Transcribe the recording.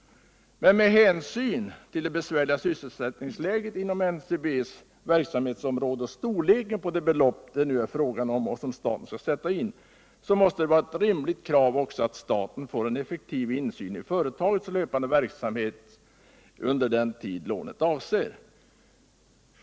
Men med hänsyn till det besvärliga sysselsättningsläget inom NCB:s verksamhetsområde och storleken på det belopp det nu är fråga om och som staten skall sätta in måste det också vara ett rimligt krav att staten får en effektiv insyn i företagets löpande verksamhet under den tid lånet avser.